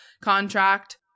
contract